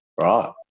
Right